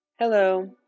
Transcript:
Hello